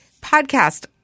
podcast